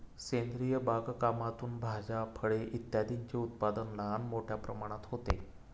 सेंद्रिय बागकामातून भाज्या, फळे इत्यादींचे उत्पादन लहान मोठ्या प्रमाणात होते